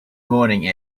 morning